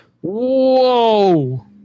Whoa